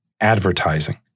advertising